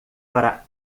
para